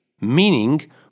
Meaning